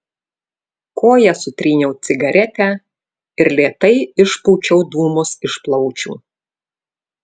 koja sutryniau cigaretę ir lėtai išpūčiau dūmus iš plaučių